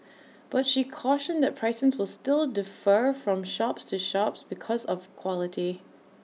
but she cautioned that prices will still defer from shops to shops because of quality